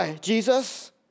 Jesus